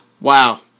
wow